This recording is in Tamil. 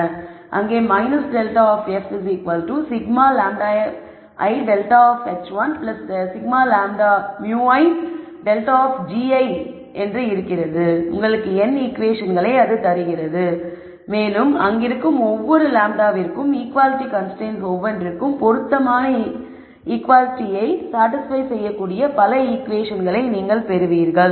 அங்கே ∇f σλi ∇ of hi σ μi ∇ of gi உங்களுக்கு n ஈகுவேஷன்களை தருகிறது மேலும் அங்கிருக்கும் ஒவ்வொரு λ விற்கும் ஈக்குவாலிட்டி கன்ஸ்ரைன்ட்ஸ் ஒவ்வொன்றிற்கும் பொருத்தமான ஈக்குவாலிட்டியை சாடிஸ்பய் செய்யக்கூடிய பல ஈகுவேஷன்கள் நீங்கள் பெறுவீர்கள்